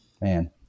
man